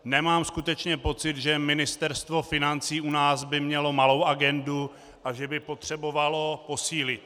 Nemám skutečně pocit, že Ministerstvo financí u nás by mělo malou agendu a že by potřebovalo posílit.